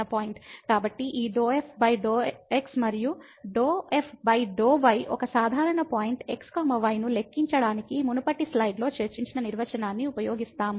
కాబట్టి ఈ ∂ f∂ x మరియు ∂ f∂ y ఒక సాధారణ పాయింట్ x y ను లెక్కించడానికి మునుపటి స్లైడ్లో చర్చించిన నిర్వచనాన్ని ఉపయోగిస్తాము